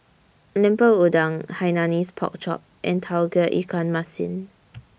Lemper Udang Hainanese Pork Chop and Tauge Ikan Masin